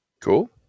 Cool